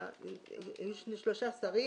יש שלושה שרים,